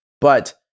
But-